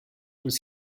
was